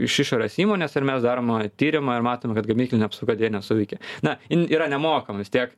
iš išorės įmonės ir mes darom a tyrimą ir matom kad gamyklinė apsauga deja nesuveikė na jin yra nemokama vis tiek